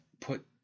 put